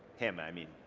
him, i mean,